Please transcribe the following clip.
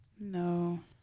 No